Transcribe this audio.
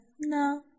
no